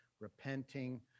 repenting